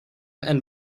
and